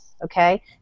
Okay